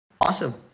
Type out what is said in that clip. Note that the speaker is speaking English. Awesome